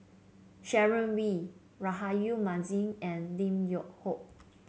Sharon Wee Rahayu Mahzam and Lim Yew Hock